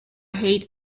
hate